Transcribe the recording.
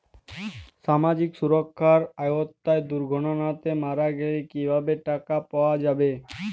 সামাজিক সুরক্ষার আওতায় দুর্ঘটনাতে মারা গেলে কিভাবে টাকা পাওয়া যাবে?